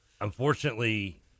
unfortunately